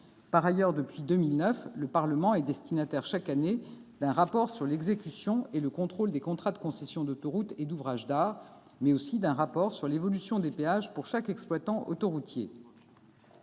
Par ailleurs, depuis 2009, le Parlement est chaque année destinataire d'un rapport sur l'exécution et le contrôle des contrats de concession d'autoroutes et d'ouvrages d'art, mais aussi d'un rapport sur l'évolution des péages pour chaque exploitant autoroutier.